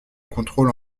contrôle